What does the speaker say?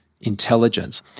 intelligence